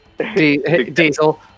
Diesel